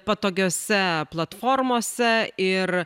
patogiose platformose ir